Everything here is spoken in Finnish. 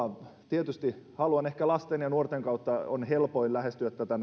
tietysti ehkä lasten ja nuorten kautta on helpoin lähestyä tätä